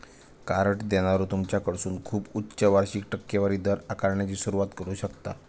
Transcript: card देणारो तुमच्याकडसून खूप उच्च वार्षिक टक्केवारी दर आकारण्याची सुरुवात करू शकता